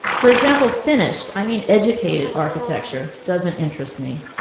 for example finished, i mean educated architecture doesn't interest me,